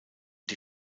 die